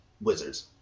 Wizards